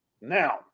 Now